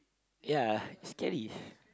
ya scary